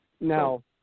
Now